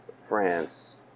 France